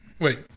Wait